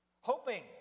hoping